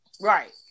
Right